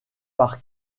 par